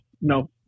No